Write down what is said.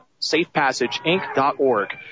safepassageinc.org